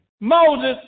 Moses